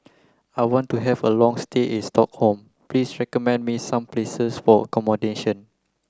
I want to have a long stay in Stockholm please recommend me some places for accommodation